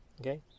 okay